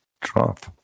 drop